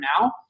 now